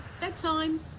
Bedtime